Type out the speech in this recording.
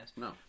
No